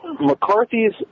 McCarthy's